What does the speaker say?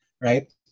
right